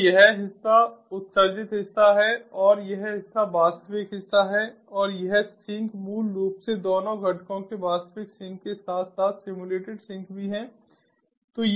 तो यह हिस्सा उत्सर्जित हिस्सा है और यह हिस्सा वास्तविक हिस्सा है और यह सिंक मूल रूप से दोनों घटकों के वास्तविक सिंक के साथ साथ सिम्युलेटेड सिंक भी है